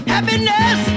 Happiness